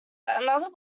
another